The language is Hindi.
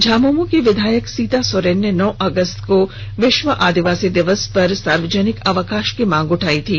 झामुमो की विधायक सीता सोरेन ने नौ अगस्त को विश्व आदिवासी दिवस पर सार्वजनिक अवकाश की मांग उठाई थी